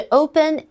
open